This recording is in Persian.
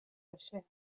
بشه